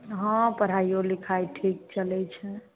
हँ पढ़ाइओ लिखाइ ठीक चलैत छै